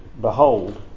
behold